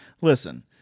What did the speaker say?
listen